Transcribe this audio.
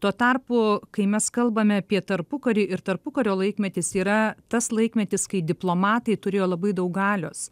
tuo tarpu kai mes kalbame apie tarpukarį ir tarpukario laikmetis yra tas laikmetis kai diplomatai turėjo labai daug galios